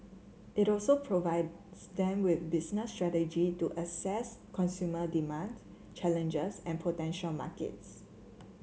it also provides them with business strategy to assess consumer demand challenges and potential markets